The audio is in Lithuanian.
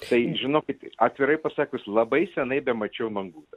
tai žinokit atvirai pasakius labai senai bemačiau mangutą